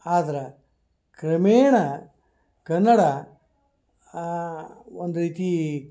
ಆದ್ರೆ ಕ್ರಮೇಣ ಕನ್ನಡ ಒಂದು ರೀತಿ